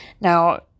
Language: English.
Now